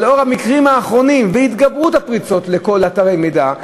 בעקבות המקרים האחרונים והתגברות הפריצות לכל אתרי המידע,